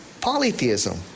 polytheism